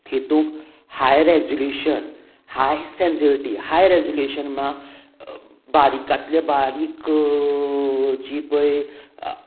हेतूंक high resolution high sensitivity high resolution म्हळ्या बारीकांतले बारीक जी पय